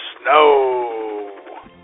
snow